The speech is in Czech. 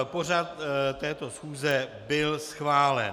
Pořad této schůze byl schválen.